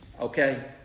okay